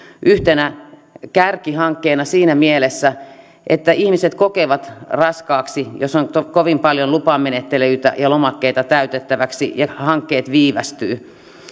yhtenä kärkihankkeena siinä mielessä että ihmiset kokevat raskaaksi jos on kovin paljon lupamenettelyitä ja lomakkeita täytettäväksi ja hankkeet viivästyvät